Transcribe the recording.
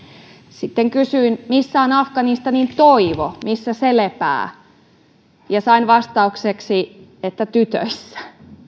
sitten kysyin missä on afganistanin toivo missä se lepää sain vastaukseksi että tytöissä